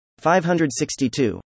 562